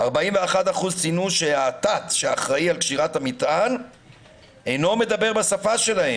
41% ציינו שהאתת שאחראי על קשירת המטען אינו מדבר בשפה שלהם.